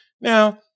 Now